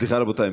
סליחה, רבותיי.